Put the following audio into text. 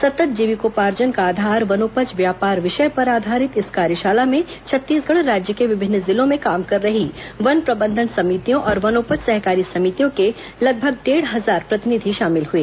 सतत् जीविकोपार्जन का आधार वनोपज व्यापार विषय पर आधारित इस कार्यशाला में छत्तीसगढ़ राज्य के विभिन्न जिलों में काम कर रही वन प्रबंधन समितियों और वनोपज सहकारी समितियों के लगभग डेढ़ हजार प्रतिनिधि शामिल हुए